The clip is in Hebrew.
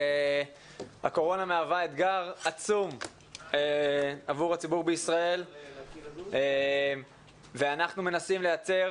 הקורונה מהווה אתגר עצום עבור הציבור בישראל ואנחנו מנסים לייצר